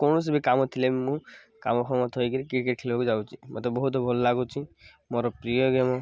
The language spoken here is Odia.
କୌଣସି ବି କାମ ଥିଲେ ମୁଁ କାମଫାମ ଥୋଇକିରି କ୍ରିକେଟ୍ ଖେଳିବାକୁ ଯାଉଛି ମୋତେ ବହୁତ ଭଲ ଲାଗୁଛି ମୋର ପ୍ରିୟ ଗେମ୍